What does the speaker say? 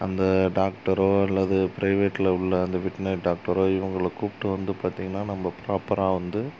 அந்த டாக்டரோ அல்லது ப்ரைவேட்டில் உள்ள அந்த வெட்னரி டாக்டரோ இவங்கள கூப்பிட்டு வந்து பார்த்திங்கனா நம்ம ப்ராப்பராக வந்து